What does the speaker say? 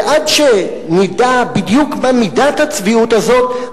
ועד שנדע בדיוק מה מידת הצביעות הזאת,